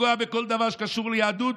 לפגוע בכל דבר שקשור ליהדות,